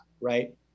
right